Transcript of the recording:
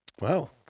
Wow